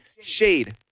Shade